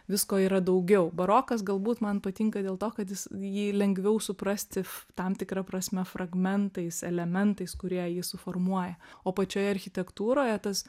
visko yra daugiau barokas galbūt man patinka dėl to kad jis jį lengviau suprasti tam tikra prasme fragmentais elementais kurie jį suformuoja o pačioje architektūroje tas